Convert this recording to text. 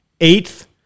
eighth